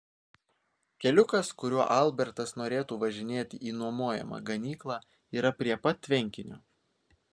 keliukas kuriuo albertas norėtų važinėti į nuomojamą ganyklą yra prie pat tvenkinio